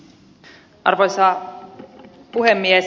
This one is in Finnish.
arvoisa puhemies